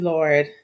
Lord